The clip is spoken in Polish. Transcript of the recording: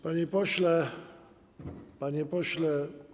Panie pośle, panie pośle.